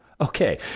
Okay